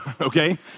okay